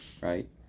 right